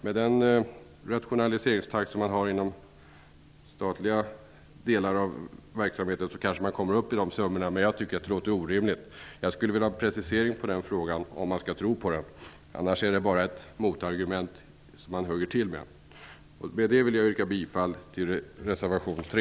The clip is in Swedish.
Med den rationaliseringstakt som man har inom statliga delar av verksamheten kanske man kommer upp i de summorna. Men jag tycker att det låter orimligt. Jag skulle vilja ha en precisering på den punkten, om jag skall tro på detta. Annars är det bara ett motargument som man hugger till med. Med detta vill jag yrka bifall till reservation 3.